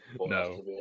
No